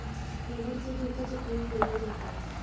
रबड़ से जूता चप्पल भी बनाया जाता है